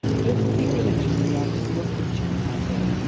just keep religiously out of your kitchen, my dear,